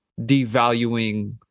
devaluing